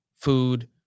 food